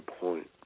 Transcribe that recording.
point